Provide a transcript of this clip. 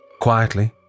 Quietly